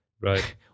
right